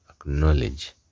acknowledge